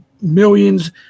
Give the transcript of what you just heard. millions